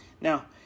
Now